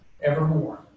evermore